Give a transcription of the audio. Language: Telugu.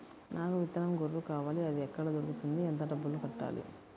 నాకు విత్తనం గొర్రు కావాలి? అది ఎక్కడ దొరుకుతుంది? ఎంత డబ్బులు కట్టాలి?